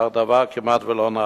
אך דבר כמעט ולא נעשה.